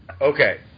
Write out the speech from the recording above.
okay